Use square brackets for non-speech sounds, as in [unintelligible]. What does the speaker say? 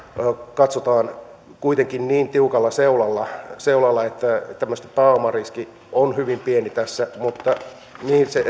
katsotaan kuitenkin niin tiukalla seulalla seulalla että pääomariski on hyvin pieni tässä mutta se mihin se [unintelligible]